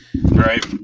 right